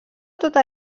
tota